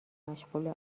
مشغول